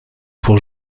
pour